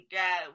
go